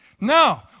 no